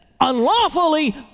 unlawfully